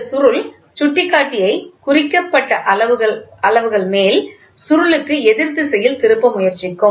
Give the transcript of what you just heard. இந்த சுருள் சுட்டிக்காட்டியை குறிக்கப்பட்ட அளவுகள் மேல் சுருளுக்கு எதிர்திசையில் திருப்ப முயற்சிக்கும்